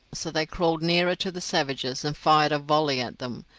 so they crawled nearer to the savages and fired a volley at them.